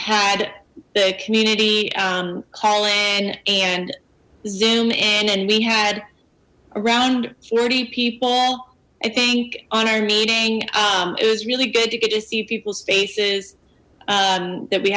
had the community call in and zoom in and we had around forty people i think on our meeting it was really good to get to see people's faces that we